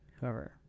whoever